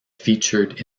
featured